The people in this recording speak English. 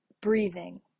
Breathing